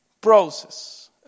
Process